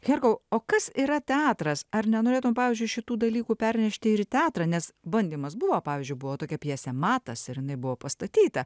herkau o kas yra teatras ar nenorėtum pavyzdžiui šitų dalykų pernešti ir į teatrą nes bandymas buvo pavyzdžiui buvo tokia pjesė matas ir jinai buvo pastatyta